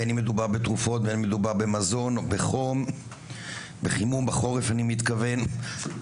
בין אם מדובר בחימום בחורף, בכסף למזון ולתרופות.